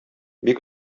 бик